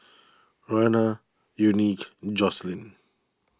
Roena Unique Joselyn